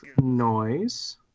noise